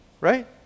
Right